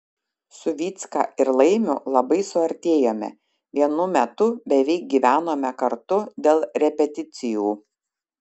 su vycka ir laimiu labai suartėjome vienu metu beveik gyvenome kartu dėl repeticijų